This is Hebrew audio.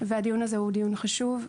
הדיון הזה הוא דיון חשוב,